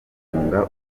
guhunga